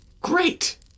Great